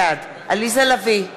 בעד עליזה לביא,